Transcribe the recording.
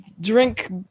drink